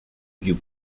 più